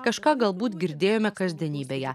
kažką galbūt girdėjome kasdienybėje